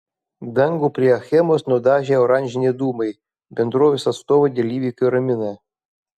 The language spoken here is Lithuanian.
dangų prie achemos nudažė oranžiniai dūmai bendrovės atstovai dėl įvykio ramina